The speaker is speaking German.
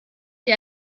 sie